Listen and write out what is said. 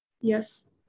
yes